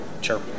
sure